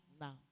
now